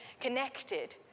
connected